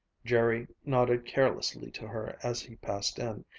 jerry nodded carelessly to her as he passed in,